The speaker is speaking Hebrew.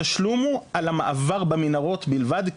התשלום הוא על המעבר במנהרות בלבד,